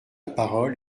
parole